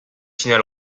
signal